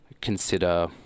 consider